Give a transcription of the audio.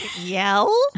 yell